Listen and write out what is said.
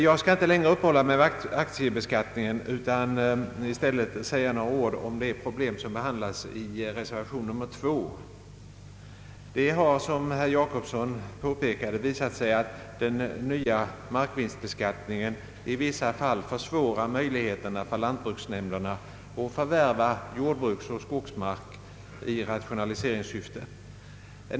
Jag skall inte längre uppehålla mig vid aktiebeskattningen utan skall i stället säga några ord om det problem som behandlas i reservation nr 2. Det har, som herr Gösta Jacobsson påpekade, visat sig att den nya markvinstbeskattningen i vissa fall försvårar möjligheterna för lantbruksnämnderna att förvärva jordbruksoch skogsmark i rationaliseringssyfte.